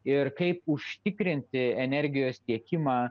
ir kaip užtikrinti energijos tiekimą